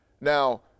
Now